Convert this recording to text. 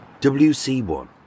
WC1